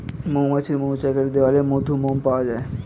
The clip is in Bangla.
মৌমাছির মৌচাকের দেয়ালে মধু, মোম পাওয়া যায়